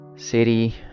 city